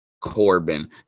Corbin